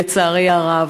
לצערי הרב.